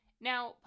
now